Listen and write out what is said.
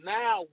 now